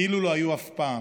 כאילו לא היו אף פעם.